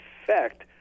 effect